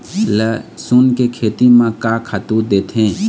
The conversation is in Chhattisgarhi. लेसुन के खेती म का खातू देथे?